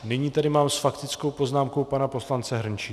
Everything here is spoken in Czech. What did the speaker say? Nyní tady mám s faktickou poznámkou pana poslance Hrnčíře.